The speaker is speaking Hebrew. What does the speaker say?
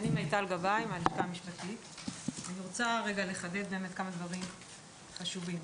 אני רוצה לחדד כמה דברים חשובים.